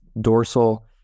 dorsal